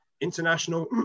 international